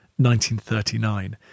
1939